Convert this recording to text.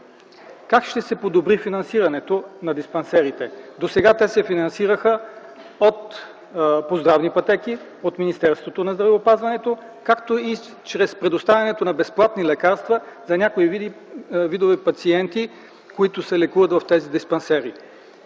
как ще се подобри финансирането на диспансерите? Досега те се финансираха по здравни пътеки от Министерството на здравеопазването, както и чрез предоставянето на безплатни лекарства за някои видове пациенти, които се лекуват в тези диспансери.